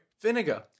vinegar